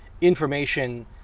information